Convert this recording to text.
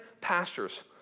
pastors